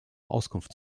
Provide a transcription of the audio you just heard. auskunft